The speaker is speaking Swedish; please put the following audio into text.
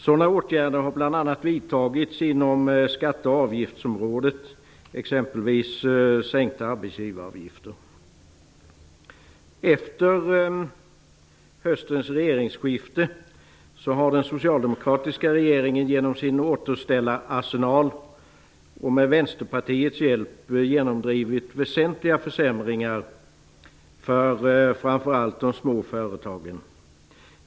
Sådana åtgärder har bl.a. vidtagits inom skatte och avgiftsområdet, exempelvis sänkta arbetsgivaravgifter. Vänsterpartiets hjälp genomdrivit väsentliga försämringar framför allt för de små företagen.